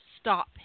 stop